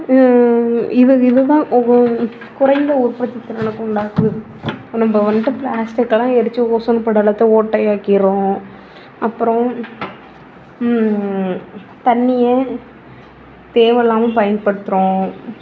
இது இதுதான் குறைந்த உற்பத்தி திறனை உண்டாக்குது நம்ம வந்துட்டு பிளாஸ்டிக்கெலாம் எரிச்சு ஓசோன் படலத்தை ஓட்டையாக்கிறோம் அப்புறம் தண்ணியை தேவை இல்லாமல் பயன்படுத்துகிறோம்